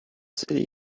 city